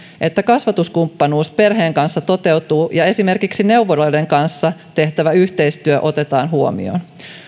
että kasvatuskumppanuus perheen kanssa toteutuu ja esimerkiksi neuvoloiden kanssa tehtävä yhteistyö otetaan huomioon